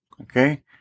okay